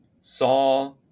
saw